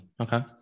Okay